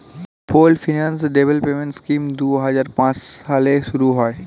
pooled finance development scheme দুই হাজার পাঁচ সালে শুরু হয়